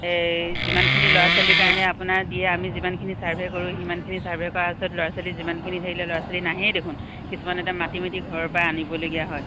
এই যিমানখিনি ল'ৰা ছোৱালীৰ কাৰণে আপোনাৰ দিয়ে আমি যিমানখিনি চাৰ্ভে কৰোঁ সিমানখিনি চাৰ্ভে কৰাৰ পাছত ল'ৰা ছোৱালী যিমানখিনি ধেৰিলে ল'ৰা ছোৱালী নাহেই দেখোন কিছুমানে এতিয়া মাতি মাতি ঘৰৰপৰা আনিবলগীয়া হয়